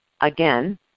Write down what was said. again